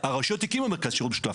הרשויות הקימו מרכז שירות משותף.